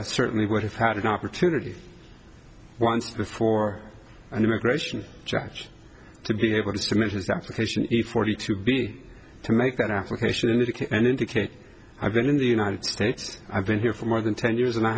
i certainly would have had an opportunity once before and immigration judge to be able to cement his application for the to be to make that application and indicate i've been in the united states i've been here for more than ten years and i